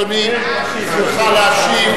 אדוני מבקש להשיב.